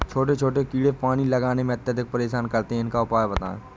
छोटे छोटे कीड़े पानी लगाने में अत्याधिक परेशान करते हैं इनका उपाय बताएं?